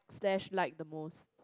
slash like the most